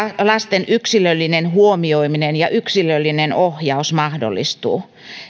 lasten yksilöllinen huomioiminen ja yksilöllinen ohjaus mahdollistuu